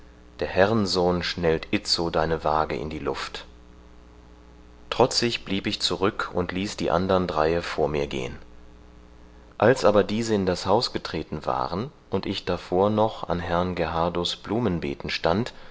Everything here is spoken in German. der herrensohn schnellt itzo deine waage in die luft trotzig blieb ich zurück und ließ die andern dreie vor mir gehen als aber diese in das haus getreten waren und ich davor noch an herrn gerhardus blumenbeeten stand